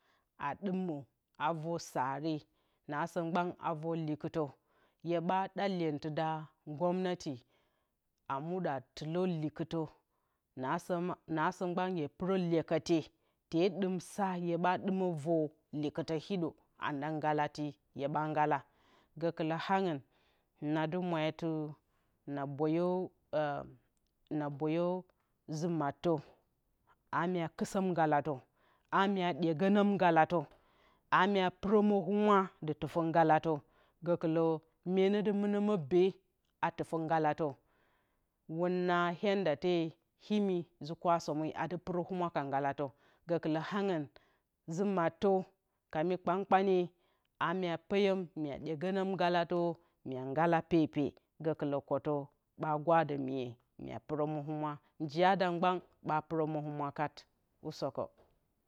Hye dɨ mǝw a vǝr sare nasǝ mgban a vǝr a likɨtǝ hye ɗa lyentɨta gwanati a muɗǝ a tɨlǝ likɨtǝ nasǝ nasǝ mgban hye pɨrǝ lyekǝye tee ɗim sa hyeɓa ɗimǝ vǝr likɨtǝ hiɗǝ anda ngalati hyeɓa ngala gǝkɨlǝ angɨn nadɨ maw atɨ na bǝyǝ na bǝyǝ nzɨ mattǝ a mya kuttsǝm ngalatǝ amyee ɗyegǝnǝm ngalatǝ a mya pɨrǝmǝ huma dɨ tɨfǝ ngalatǝ gǝkɨlǝ menǝ dɨ mɨnǝ mǝ be a tɨfǝ ngalatǝ wɨn yandate imi a ji kwasǝme adɨ pɨrǝ huma ka ngalatǝ gǝkɨlǝ angɨn ji mattǝ ka mi kpan kpani a peypum mya ɗyegǝnǝm ngalatǝ mya ngalam pepe gǝkɨlǝ kǝtǝ ɓa gwadǝ miye mya pɨrǝmǝhɨmwa, njiya dam mgban ɓa pɨromǝhɨmwa mgbkan usǝkǝ